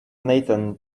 nathan